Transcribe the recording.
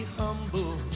humble